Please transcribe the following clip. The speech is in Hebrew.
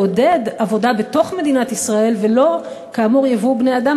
לא לעודד עבודה בתוך מדינת ישראל ולא כאמור ייבוא בני-אדם,